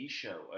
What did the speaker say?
show